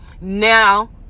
Now